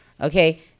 Okay